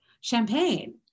Champagne